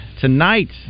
tonight